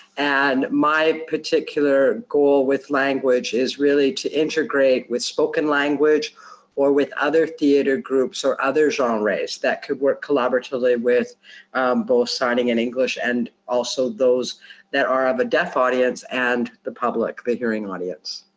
and my particular goal with language is really to integrate with spoken language or with other theater groups, or others genres, that could work collaboratively with both signing in english and also those that are of a deaf audience and the public figuring audience.